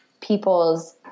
people's